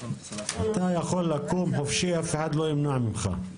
אתה יכול לקום חופשי, אף אחד לא ימנע ממך.